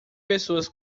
pessoas